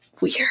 weird